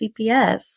CPS